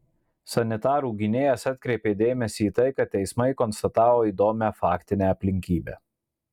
sanitarų gynėjas atkreipė dėmesį į tai kad teismai konstatavo įdomią faktinę aplinkybę